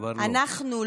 כבר לא.